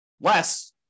less